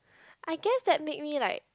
I guess that make me like